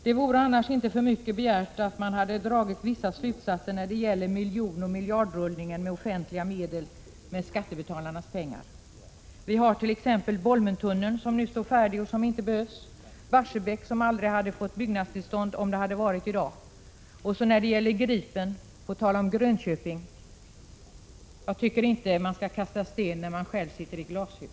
Det vore inte för mycket begärt om man hade dragit vissa slutsatser när det gäller miljonoch miljardrullningen med offentliga medel — skattebetalarnas pengar. Vi hart.ex. Bolmentunneln som står färdig och som inte behövs. Vi har även Barsebäck, som inte hade fått byggnadstillstånd om det hade varit i dag. När det gäller Gripen, på tal om Grönköping, tycker jag inte att man skall kasta sten när man sitter i glashus.